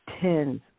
tens